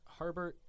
Harbert